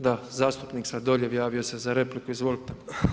Da, zastupnik Sladoljev javio se za repliku, izvolite.